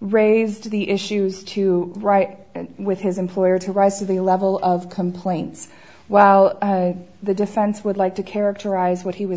raised the issues to write with his employer to rise to the level of complaints wow the defense would like to characterize what he was